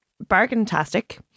bargain-tastic